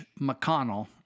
McConnell